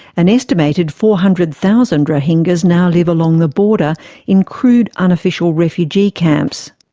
an estimated four hundred thousand rohingyas now live along the border in crude unofficial refugee camps.